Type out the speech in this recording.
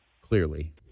clearly